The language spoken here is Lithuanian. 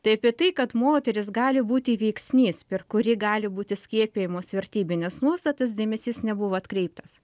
tai apie tai kad moterys gali būti veiksnys per kurį gali būti skiepijamos vertybinės nuostatas dėmesys nebuvo atkreiptas